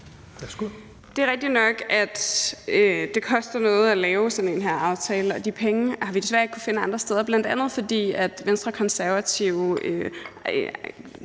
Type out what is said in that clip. Det er rigtigt nok, at det koster noget at lave sådan en aftale, og de penge har vi desværre ikke kunnet finde andre steder, bl.a. fordi Venstre og Konservative